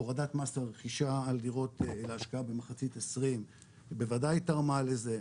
הורדת מס הרכישה על דירות להשקעה במחצית 2020 בוודאי תרמה לזה,